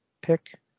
pick